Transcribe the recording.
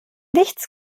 nichts